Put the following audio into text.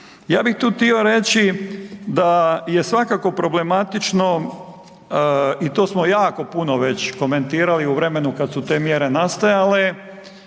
Ja bih tu htio reći da je svakako problematično i to smo jako puno već komentirali u vremenu kad su tu mjere nastajale,